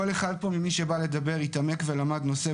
כל אחד פה, מי שבא לדבר, התעמק ולמד נושא.